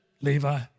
Levi